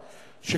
אז קודם כול,